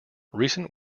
recent